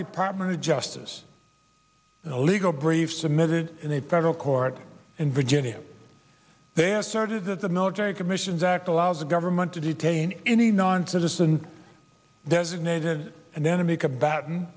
department of justice a legal brief submitted in a federal court in virginia they asserted that the military commissions act allows the government to detain any non citizen designated an enemy combatant